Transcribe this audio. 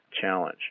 challenge